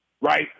Right